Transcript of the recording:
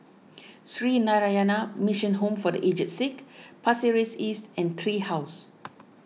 Sree Narayana Mission Home for the Aged Sick Pasir Ris East and Tree House